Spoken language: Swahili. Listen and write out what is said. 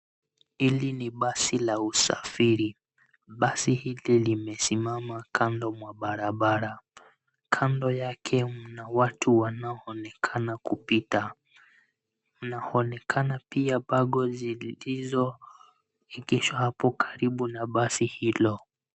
Hili ni basi la usafiri. Basi hili limesimama kando mwa barabara. Kando yake mna watu wanaoonekana kupita. Mnaonekana pia bango zilizoegeshwa hapo karibu na basi hilo.